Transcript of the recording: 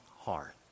heart